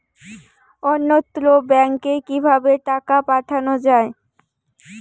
অন্যত্র ব্যংকে কিভাবে টাকা পাঠানো য়ায়?